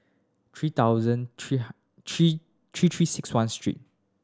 three thousand three three three Three Six One street